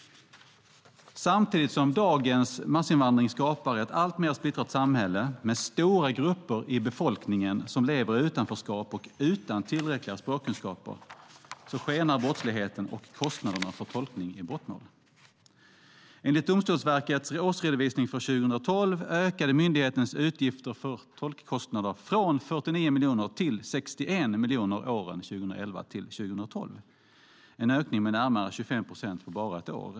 Samtidigt som dagens massinvandring skapar ett alltmer splittrat samhälle, med stora grupper i befolkningen som lever i utanförskap och utan tillräckliga språkkunskaper, skenar brottsligheten och kostnaderna för tolkning i brottmål. Enligt Domstolsverkets årsredovisning för år 2012 ökade myndighetens utgifter för tolkkostnader från 49 miljoner till 61 miljoner åren 2011-2012. Det är en ökning med närmare 25 procent på bara ett år.